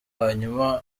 hanyuma